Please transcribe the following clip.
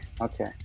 okay